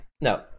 no